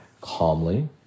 calmly